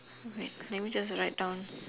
alright let me just write down